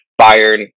Bayern